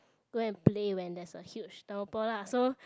go and play when there is a huge downpour lah so